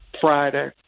Friday